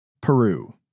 Peru